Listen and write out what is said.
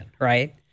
right